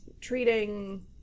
treating